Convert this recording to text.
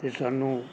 ਅਤੇ ਸਾਨੂੰ